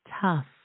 tough